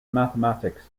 mathematics